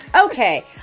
Okay